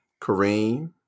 Kareem